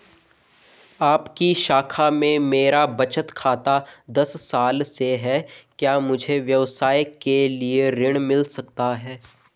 आपकी शाखा में मेरा बचत खाता दस साल से है क्या मुझे व्यवसाय के लिए ऋण मिल सकता है?